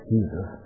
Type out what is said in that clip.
Jesus